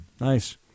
Nice